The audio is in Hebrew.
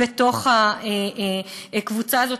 בקבוצה הזאת,